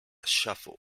shuffle